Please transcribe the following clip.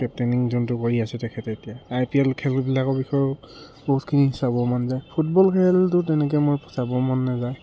captaining যোনটো কৰি আছে তেখেতে এতিয়া আই পি এল খেলবিলাকৰ বিষয়েও বহুতখিনি চাব মন যায় ফুটবল খেলটো তেনেকৈ মই চাব মন নাযায়